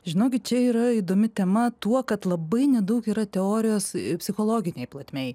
žinokit čia yra įdomi tema tuo kad labai nedaug yra teorijos psichologinėj plotmėj